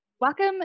Welcome